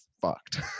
fucked